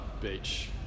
Beach